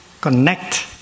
connect